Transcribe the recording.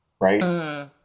right